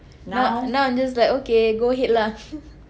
now now I'm just like okay go ahead lah